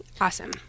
awesome